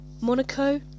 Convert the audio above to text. Monaco